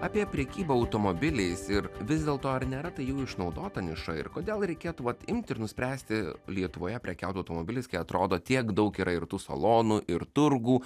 apie prekybą automobiliais ir vis dėlto ar nėra tai jau išnaudota niša ir kodėl reikėtų vat imti ir nuspręsti lietuvoje prekiauti automobiliais kai atrodo tiek daug yra ir tų salonų ir turgų